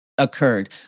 Occurred